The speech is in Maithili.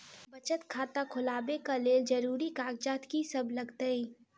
बचत खाता खोलाबै कऽ लेल जरूरी कागजात की सब लगतइ?